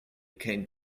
came